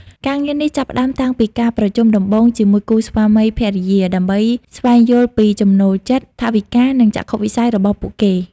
ការងារនេះចាប់ផ្តើមតាំងពីការប្រជុំដំបូងជាមួយគូស្វាមីភរិយា ដើម្បីស្វែងយល់ពីចំណូលចិត្ត ថវិកា និងចក្ខុវិស័យរបស់ពួកគេ។